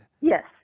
yes